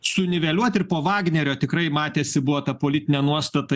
suniveliuot ir po vagnerio tikrai matėsi buvo ta politinė nuostata